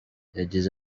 yagize